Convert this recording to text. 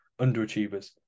Underachievers